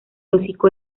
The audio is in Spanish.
hocico